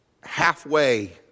halfway